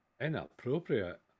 Inappropriate